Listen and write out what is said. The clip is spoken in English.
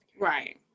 Right